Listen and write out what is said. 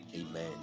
amen